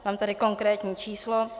Mám tady konkrétní číslo.